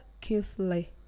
Kingsley